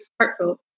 heartfelt